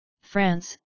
France